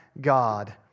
God